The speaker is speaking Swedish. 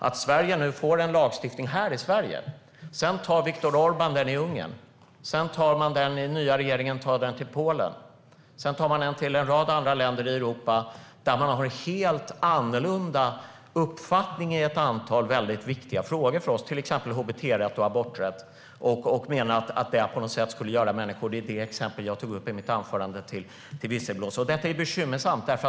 När vi nu får denna lagstiftning här i Sverige är risken att Viktor Orbán tar den i Ungern, att den nya regeringen i Polen liksom en rad andra länder i Europa tar den som har en helt annorlunda uppfattning i ett antal väldigt viktiga frågor för oss, till exempel hbt-rätt och aborträtt. Det skulle göra människor som jag tog upp i mitt anförande till visselblåsare. Detta är bekymmersamt.